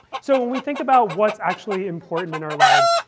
so when we think about what's actually important in our lives,